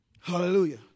Hallelujah